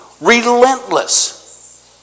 relentless